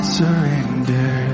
surrender